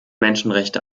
menschenrechte